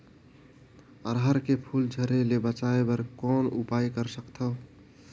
अरहर के फूल झरे ले बचाय बर कौन उपाय कर सकथव?